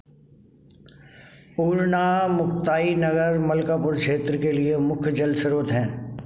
पूर्णा मुक्ताईनगर मलकापुर क्षेत्र के लिए मुख्य जल स्रोत है